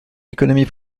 économie